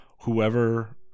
Whoever